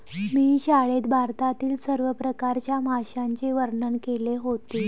मी शाळेत भारतातील सर्व प्रकारच्या माशांचे वर्णन केले होते